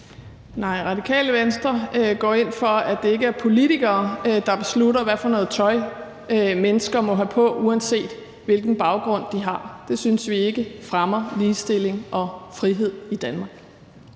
Nej, Radikale Venstre går ind for, at det ikke er politikere, der beslutter, hvad for noget tøj mennesker må have på, uanset hvilken baggrund de har. Det synes vi ikke fremmer ligestilling og frihed i Danmark.